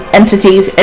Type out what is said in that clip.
entities